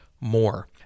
more